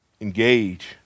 engage